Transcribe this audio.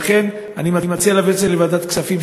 לכן אני מציע להעביר את זה לוועדת הכספים,